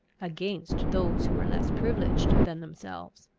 against those who were less privileged than themselves.